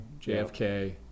JFK